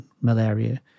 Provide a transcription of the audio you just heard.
malaria